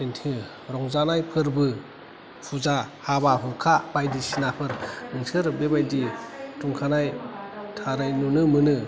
दिन्थियो रंजानाय फोरबो पुजा हाबा हुखा बायदिसिनाफोर नोंसोर बे बायदि दंखानाय थारै नुनो मोनो